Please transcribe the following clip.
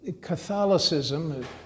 Catholicism